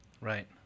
Right